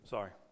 Sorry